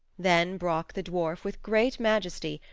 then brock the dwarf, with great majesty,